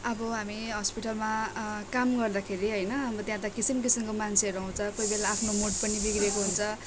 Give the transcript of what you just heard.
अब हामी हस्पिटलमा काम गर्दाखेरि होइन अब त्यहाँ त किसिम किसिमको मान्छेहरू आउँछ कोही बेला आफ्नो मुड पनि बिग्रेको हुन्छ